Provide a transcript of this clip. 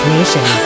Nation